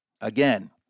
Again